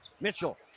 Mitchell